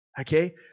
Okay